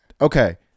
okay